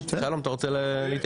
לראות בהצבעה עצמה שהיא עברה פה אחד.